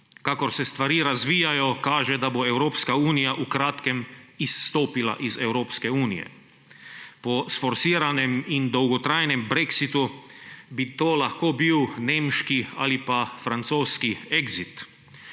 Kakor se stvari razvijajo, kaže, da bo Evropska unija v kratkem izstopila iz Evropske unije. Po sforsiranem in dolgotrajnem brexitu bi to lahko bil nemški ali pa francoski exit,